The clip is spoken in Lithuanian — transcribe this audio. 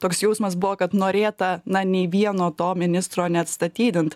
toks jausmas buvo kad norėta na nei vieno to ministro neatstatydint